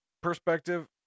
perspective